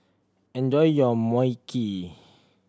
enjoy your Mui Kee